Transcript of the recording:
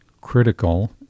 critical